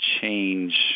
Change